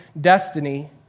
destiny